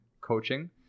coaching